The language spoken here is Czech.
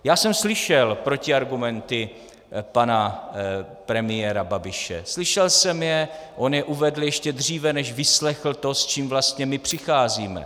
Já jsem slyšel protiargumenty pana premiéra Babiše, slyšel jsem je, on je uvedl ještě dříve, než vyslechl to, s čím vlastně my přicházíme.